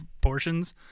portions